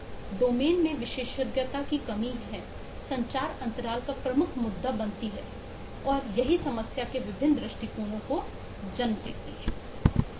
domain में विशेषज्ञता की कमी है संचार अंतराल का प्रमुख मुद्दा बनती है और यही समस्या के विभिन्न दृष्टिकोण को जन्म देती है